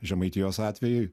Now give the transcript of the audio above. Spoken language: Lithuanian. žemaitijos atvejį